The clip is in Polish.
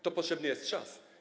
Tu potrzebny jest czas.